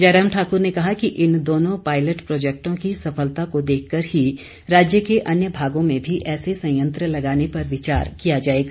जयराम ठाक्र ने कहा कि इन दोनों पायलट प्रैजेक्टों की सफलता को देखकर ही राज्य के अन्य भागों में भी ऐसे संयंत्र लगाने पर विचार किया जाएगा